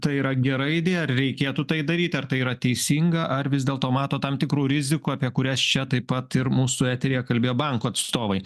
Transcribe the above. tai yra gera idėja ar reikėtų tai daryti ar tai yra teisinga ar vis dėlto matot tam tikrų rizikų apie kurias čia taip pat ir mūsų eteryje kalbėjo bankų atstovai